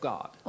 God